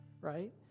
Right